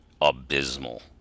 abysmal